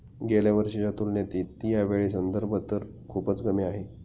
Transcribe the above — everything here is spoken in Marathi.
गेल्या वर्षीच्या तुलनेत यावेळी संदर्भ दर खूपच कमी आहे